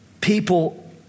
people